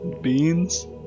Beans